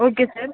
okay sir